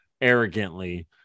arrogantly